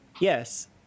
Yes